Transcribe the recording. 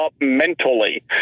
mentally